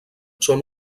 són